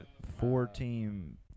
four-team